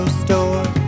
store